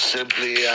Simply